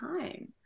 time